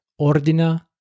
Ordina